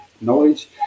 knowledge